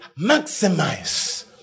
maximize